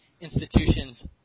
institutions